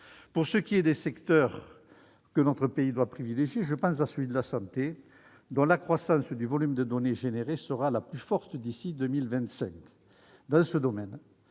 Piiec. Parmi les secteurs que notre pays doit privilégier, je pense à celui de la santé, dont la croissance du volume de données créées sera la plus forte d'ici à 2025. Dans ce domaine,